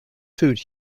food